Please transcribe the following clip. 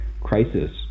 crisis